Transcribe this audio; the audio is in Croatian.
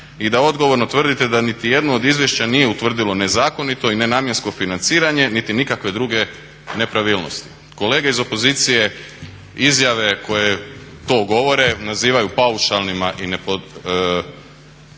i da odgovorno tvrdite da niti jedno od izvješća nije utvrdilo nezakonito i nenamjensko financiranje niti nikakve druge nepravilnosti. Kolege iz opozicije izjave koje to govore nazivaju paušalnima i bez